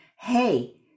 Hey